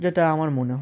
যেটা আমার মনে হয়